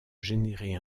générer